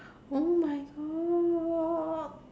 oh my god